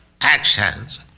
actions